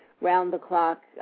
round-the-clock